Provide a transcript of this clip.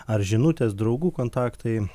ar žinutės draugų kontaktai